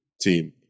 team